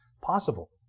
possible